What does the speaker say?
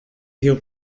hier